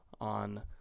on